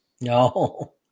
No